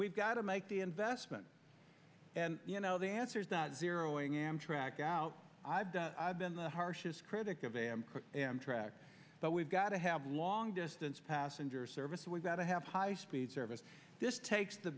we've got to make the investment and you know the answer is that zero ing amtrak out i've been the harshest critic of a track but we've got to have long distance passenger service we've got to have high speed service this t